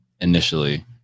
Initially